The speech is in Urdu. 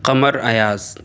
قمر ایاز